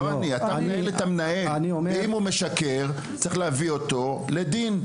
אתה מנהל את המנהל ואם הוא משקר צריך להביא אותו לדין,